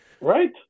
right